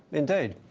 indeed.